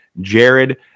Jared